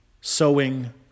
sowing